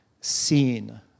seen